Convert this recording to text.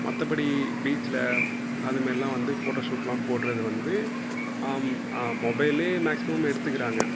மற்றபடி பீச்சில் அது மாரிலான் வந்து ஃபோட்டோ ஷூட்டெலாம் போடுறது வந்து மொபைல்லேயே மேக்சிமம் எடுத்துக்கிறாங்க